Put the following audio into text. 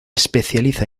especializa